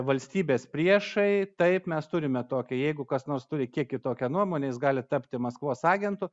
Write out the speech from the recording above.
valstybės priešai taip mes turime tokią jeigu kas nors turi kiek kitokią nuomonę jis gali tapti maskvos agentu